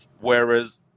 Whereas